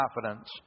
confidence